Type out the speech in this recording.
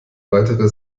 weitere